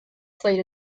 played